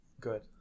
Good